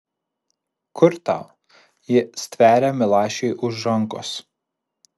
kur tau ji stveria milašiui už rankos